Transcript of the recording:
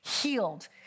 healed